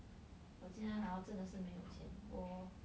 我今天 ah 真的是没有钱